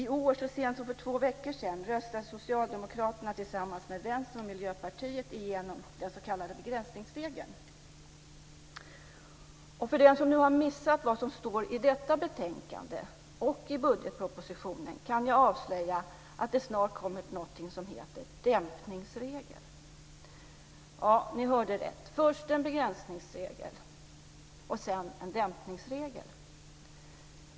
I år, så sent som för två veckor sedan, röstade socialdemokraterna, Vänstern och Miljöpartiet igenom den s.k. begränsningsregeln. För den som har missat vad som står i detta betänkande, och i budgetpropositionen, kan jag avslöja att det snart kommer något som heter dämpningsregel. Ja, ni hörde rätt. Först kommer en begränsningsregel, sedan en dämpningsregel.